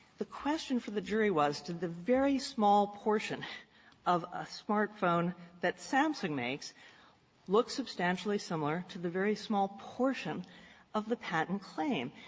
the question for the jury was did the very small portion of a smartphone that samsung makes look substantially similar to the very small portion of the patent claim?